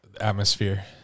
atmosphere